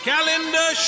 Calendar